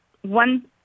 one